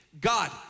God